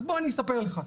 אז בוא אספר לך,